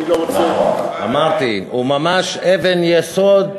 אני לא רוצה, אמרתי, הוא ממש אבן יסוד.